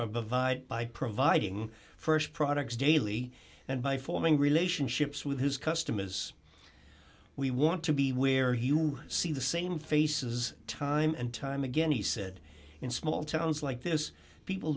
provide by providing st products daily and by forming relationships with his customer as we want to be where you see the same faces time and time again he said in small towns like this people